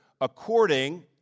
according